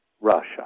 Russia